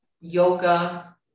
yoga